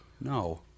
No